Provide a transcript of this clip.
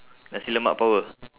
nasi lemak power